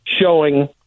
showing